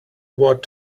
what